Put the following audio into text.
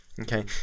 Okay